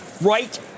right